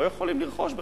לא יכולים לרכוש בכלל,